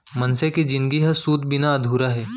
मनसे के जिनगी ह सूत बिना अधूरा हे